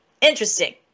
Interesting